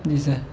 جی سر